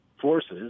forces